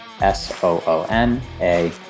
S-O-O-N-A